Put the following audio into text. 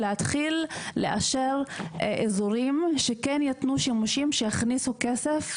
להתחיל לאשר אזורים שכן ייתנו שימושים שיכניסו כסף,